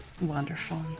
wonderful